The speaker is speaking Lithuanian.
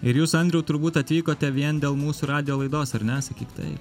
ir jūs andriau turbūt atvykote vien dėl mūsų radijo laidos ar ne sakyk tai